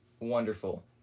Wonderful